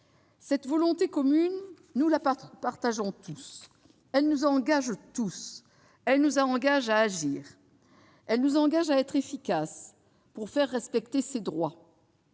Cette volonté commune, nous la partageons tous, et elle nous engage tous. Elle nous engage à agir. Elle nous engage à être efficaces pour faire respecter ces droits.